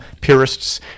purists